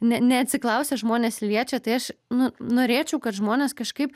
ne neatsiklausę žmonės liečia tai aš nu norėčiau kad žmonės kažkaip